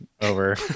over